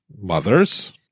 mothers